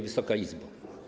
Wysoka Izbo!